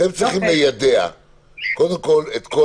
אתם צריכים ליידע קודם כול את כל